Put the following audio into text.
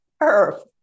Earth